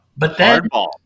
Hardball